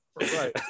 Right